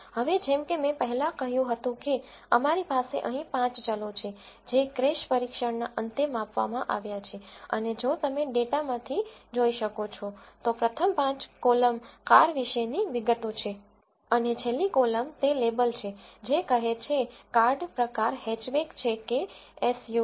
હવે જેમ કે મેં પહેલા કહ્યું હતું કે અમારી પાસે અહીં 5 ચલો છે જે ક્રેશ પરીક્ષણના અંતે માપવામાં આવ્યા છે અને જો તમે ડેટામાંથી જોઈ શકો છો તો પ્રથમ પાંચ કોલમ કાર વિશેની વિગતો છે અને છેલ્લી કોલમ તે લેબલ છે જે કહે છે કાર્ડ પ્રકાર હેચબેક છે કે એસયુવી